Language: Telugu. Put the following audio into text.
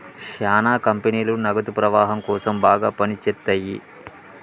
శ్యానా కంపెనీలు నగదు ప్రవాహం కోసం బాగా పని చేత్తయ్యి